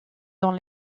dans